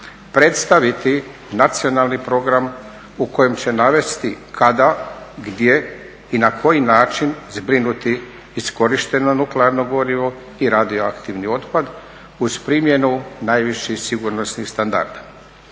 predstaviti nacionalni program u kojem će navesti kada, gdje i na koji način zbrinuti iskorišteno nuklearno gorivo i radioaktivni otpad uz primjenu najviših sigurnosnih standarda.